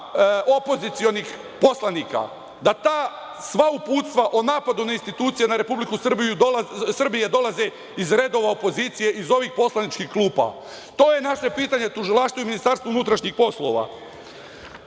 opozicionih poslanika, da ta sva uputstva o napadu na institucije Republike Srbije dolaze iz redova opozicije, iz ovih poslaničkih klupa. To je naše pitanje Tužilaštvu i MUP-u. Ovo me, poštovani